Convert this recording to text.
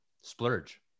Splurge